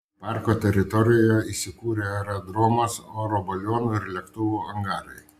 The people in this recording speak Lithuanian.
parko teritorijoje įsikūrė aerodromas oro balionų ir lėktuvų angarai